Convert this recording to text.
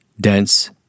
dense